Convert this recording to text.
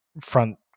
front